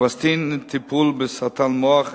ה"אווסטין" לטיפול בסרטן מוח,